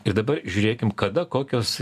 ir dabar žiūrėkim kada kokios